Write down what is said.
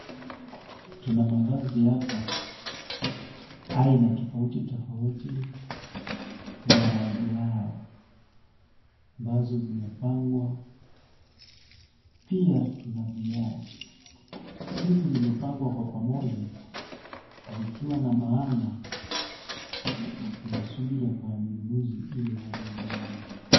Tuna mavazi hapa, aina tofauti tofauti na rangi yao, ambazo zimepangwa. Pia tuna viatu, hivi vimepangwa kwa pamoja vikiwa na maana, kuna subira kwa mnunuzi ili aje azinunue.